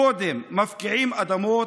קודם מפקיעים אדמות,